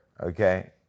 okay